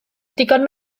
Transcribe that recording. digon